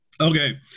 Okay